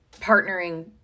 partnering